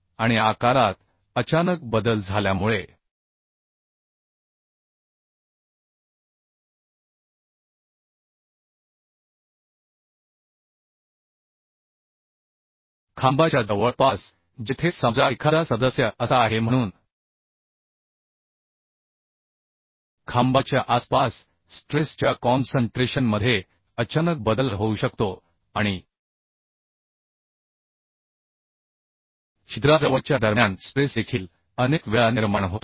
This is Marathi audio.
आणि आकारात अचानक बदल झाल्यामुळे खांबाच्या जवळपास जेथे समजा एखादा मेम्बरअसा आहे म्हणून खांबाच्या आसपास स्ट्रेस च्या कॉन्सनट्रेशन मध्ये अचानक बदल होऊ शकतो आणि छिद्राजवळच्या दरम्यान स्ट्रेस देखील अनेक वेळा निर्माण होतो